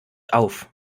auf